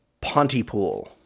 Pontypool